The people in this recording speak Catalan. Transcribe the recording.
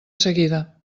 seguida